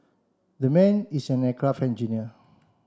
that man is an aircraft engineer